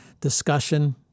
discussion